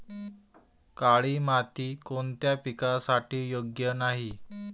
काळी माती कोणत्या पिकासाठी योग्य नाही?